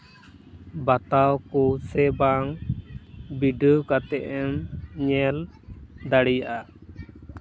ᱵᱟᱛᱟᱣ ᱠᱚ ᱥᱮ ᱵᱟᱝ ᱵᱤᱰᱟᱹᱣ ᱠᱟᱛᱮ ᱮᱢ ᱧᱮᱞ ᱫᱟᱲᱮᱭᱟᱜᱼᱟ